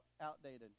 outdated